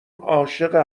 عاشق